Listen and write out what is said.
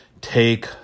take